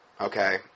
Okay